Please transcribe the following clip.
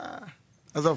עזוב.